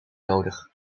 nodig